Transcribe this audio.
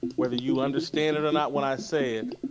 whether you understand it or not when i say it,